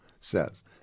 says